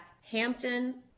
Hampton